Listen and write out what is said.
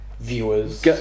viewers